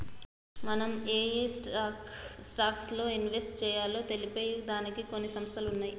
మనం ఏయే స్టాక్స్ లో ఇన్వెస్ట్ చెయ్యాలో తెలిపే దానికి కొన్ని సంస్థలు ఉన్నయ్యి